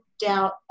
doubt